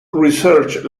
research